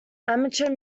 amateur